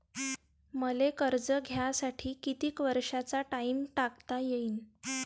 मले कर्ज घ्यासाठी कितीक वर्षाचा टाइम टाकता येईन?